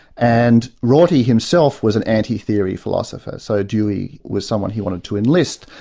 and rorty himself was an anti-theory philosopher, so dewey was someone he wanted to enlist.